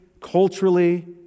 culturally